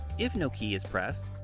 if no key is pressed,